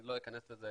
אני לא אכנס לזה,